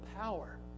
power